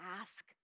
ask